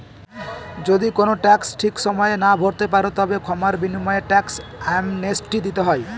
যদি কোনো ট্যাক্স ঠিক সময়ে না ভরতে পারো, তবে ক্ষমার বিনিময়ে ট্যাক্স অ্যামনেস্টি দিতে হয়